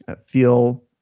feel